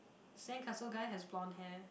sand castle guy has bronze hair